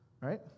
right